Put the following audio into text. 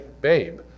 babe